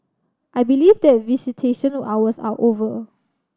I believe that visitation hours are over